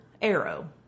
Arrow